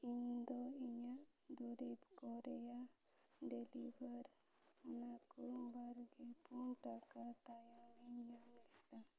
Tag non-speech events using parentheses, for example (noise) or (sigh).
ᱤᱧᱫᱚ ᱤᱧᱟᱹᱜ ᱫᱩᱨᱤᱵᱽ ᱠᱚ ᱨᱮᱱᱟᱜ ᱰᱮᱞᱤᱵᱷᱟᱨ ᱚᱱᱟ ᱠᱚ (unintelligible) ᱴᱟᱲᱟᱝ ᱛᱟᱭᱚᱢ ᱤᱧ ᱧᱟᱢ ᱞᱮᱫᱟ